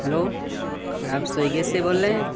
hello app Swiggy سے بول رہے ہیں